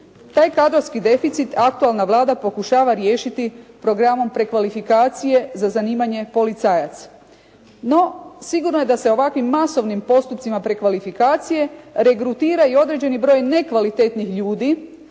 Taj kadrovski deficit aktualna Vlada pokušava riješiti programom prekvalifikacije za zanimanje policajac. No, sigurno je da se ovakvim masovnim postupcima prekvalifikacije regrutira i određeni broj nekvalitetnih ljudi